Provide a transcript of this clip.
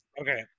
Okay